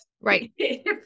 Right